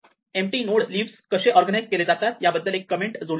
empty node leaves कसे organised केले जातात याबद्दल एक कमेंट जोडली आहे